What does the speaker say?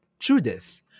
Judith